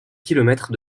kilomètres